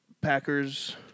Packers